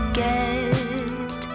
get